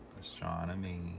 astronomy